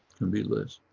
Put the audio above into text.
can be less,